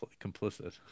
Complicit